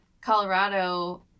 Colorado